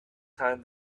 time